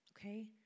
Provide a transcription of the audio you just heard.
Okay